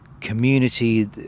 community